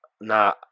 Nah